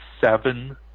seven